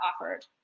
offered